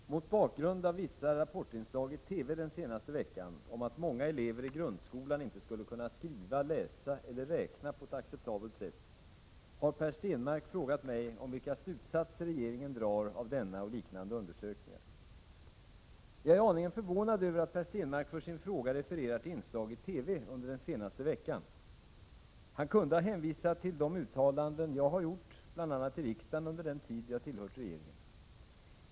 Herr talman! Mot bakgrund av vissa Rapport-inslag i TV den senaste veckan om att många elever i grundskolan inte skulle kunna skriva, läsa eller räkna på ett acceptabelt sätt har Per Stenmarck frågat mig om vilka slutsatser regeringen drar av denna och liknande undersökningar. Jag är aningen förvånad över att Per Stenmarck för sin fråga refererar till inslag i TV under den senaste veckan. Han kunde ha hänvisat till de uttalanden som jag har gjort bl.a. i riksdagen under den tid som jag har tillhört regeringen.